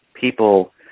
people